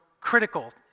critical